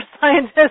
scientists